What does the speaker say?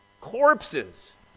corpses